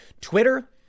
Twitter